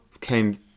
came